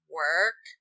work